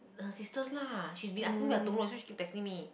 her sisters lah she's been asking so she keep texting me